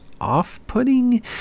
off-putting